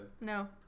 No